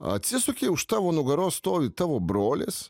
atsisuki už tavo nugaros stovi tavo brolis